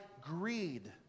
greed